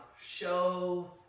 show